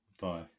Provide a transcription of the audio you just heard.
Bye